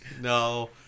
no